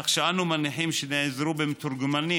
כך שאנו מניחים שנעזרו במתורגמנים.